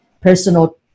personal